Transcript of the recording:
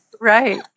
right